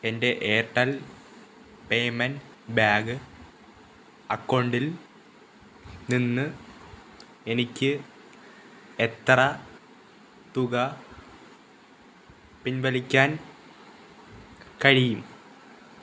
എൻ്റെ Airtel payment bank അക്കൗണ്ടിൽ നിന്ന് എനിക്ക് എത്ര തുക പിൻവലിക്കാൻ കഴിയും